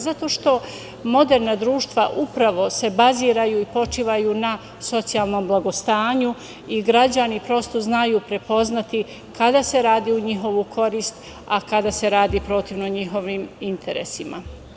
Zato što moderna društva se upravo baziraju i počivaju na socijalnom blagostanju i građani prosto znaju prepoznati kada se radi u njihovu korist, a kada se radi protiv njihovih interesa.